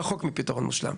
הוא רחוק מלהיות מושלם,